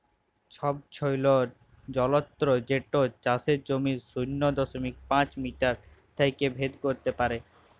ছবছৈলর যলত্র যেট চাষের জমির শূন্য দশমিক পাঁচ মিটার থ্যাইকে ভেদ ক্যইরতে পারে